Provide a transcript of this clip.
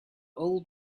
old